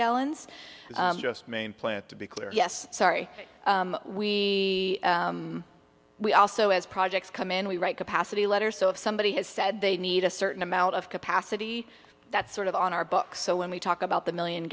clear yes sorry we we also as projects come in we write capacity letter so if somebody has said they need a certain amount of capacity that's sort of on our books so when we talk about the million